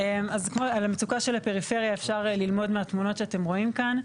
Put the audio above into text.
על המצוקה של הפריפריה אפשר ללמוד מהתמונות שאתם רואים כאן.